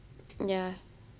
ya